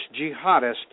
jihadist